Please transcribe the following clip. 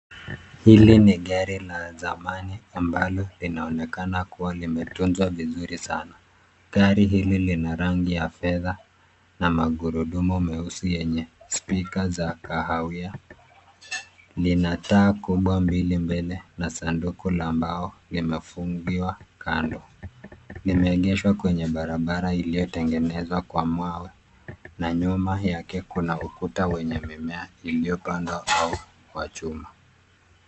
Hili ni gari la zamani ambalo linaonekana kuwa limetunzwa vizuri sana. Gari hili lina rangi ya fedha na magurudumu meusi yenye spika za kahawia. Lina taa kubwa mbele na sanduku la mbao limefungiwa kando. Limeegeshwa kwenye barabara iliyotengenezwa kwa mawe na nyuma yake kuna ukuta wenye mimea iliyopandwa au wa chuma.